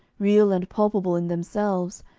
real and palpable in themselves,